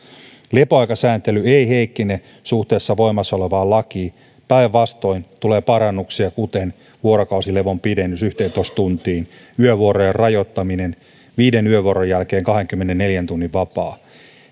lepoaikasääntely ei heikkene suhteessa voimassa olevaan lakiin päinvastoin tulee parannuksia kuten vuorokausilevon pidennys yhteentoista tuntiin yövuorojen rajoittaminen viiden yövuoron jälkeen kahdenkymmenenneljän tunnin vapaa